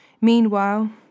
Meanwhile